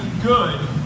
good